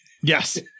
Yes